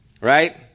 right